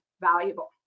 valuable